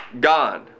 gone